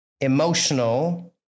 emotional